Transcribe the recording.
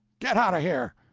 get out of here!